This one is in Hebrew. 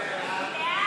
להעביר את הצעת חוק שירות